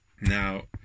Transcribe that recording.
Now